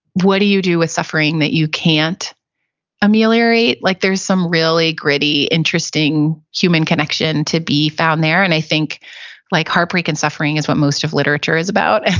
what do you do with suffering that you can't ameliorate? like there's some really gritty, interesting human connection to be found there, and i think like heartbreak and suffering is what most of literature is about. and